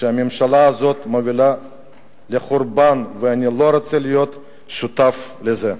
שהממשלה הזאת מובילה לחורבן ואני לא רוצה להיות שותף לזה.